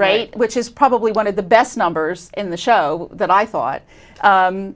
right which is probably one of the best numbers in the show that i thought and